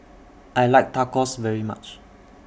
I like Tacos very much